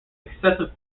excessive